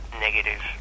negative